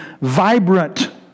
vibrant